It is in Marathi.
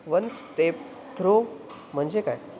वन स्टेप थ्रो म्हणजे काय